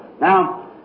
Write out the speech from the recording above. Now